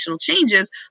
changes